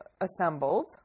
assembled